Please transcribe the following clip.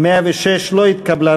לא התקבלה.